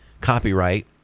copyright